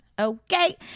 Okay